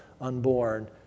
unborn